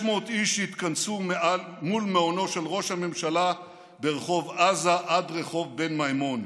500 איש יתכנסו מול מעונו של ראש הממשלה מרחוב עזה עד רחוב בן מימון.